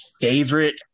favorite